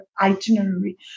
itinerary